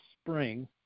spring